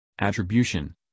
attribution